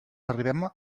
arribem